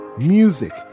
music